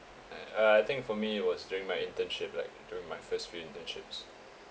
uh I think for me it was during my internship like during my first few internships